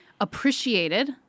appreciated